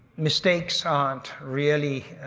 mistakes aren't really.